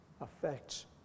affects